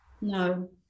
No